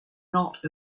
not